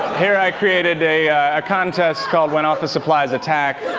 here i created a ah contest called, when office supplies attack,